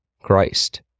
Christ